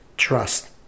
trust